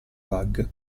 bug